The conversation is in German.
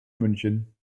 münchen